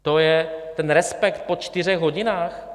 To je ten respekt po čtyřech hodinách?